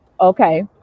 Okay